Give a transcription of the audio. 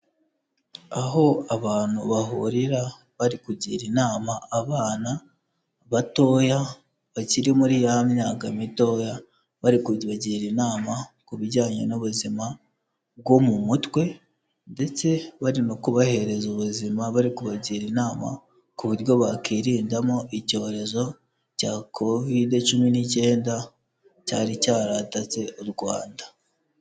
Aho abantu bahurira bari kugira inama abana batoya bakiri muri ya myaka mitoya, bari kubagira inama ku bijyanye n'ubuzima bwo mu mutwe ndetse bari no kubahereza ubuzima, bari kubagira inama ku buryo bakirindamo icyorezo cya Covid cumi n'icyenda cyari cyaratatse u Rwanda.